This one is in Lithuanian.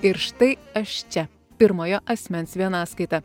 ir štai aš čia pirmojo asmens vienaskaita